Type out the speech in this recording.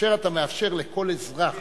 כאשר אתה מאפשר לכל אזרח